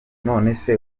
nonese